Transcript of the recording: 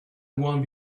one